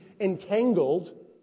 entangled